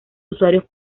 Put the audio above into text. usuarios